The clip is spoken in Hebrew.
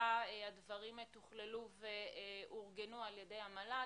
הדברים תוכללו ואורגנו על-ידי המל"ל,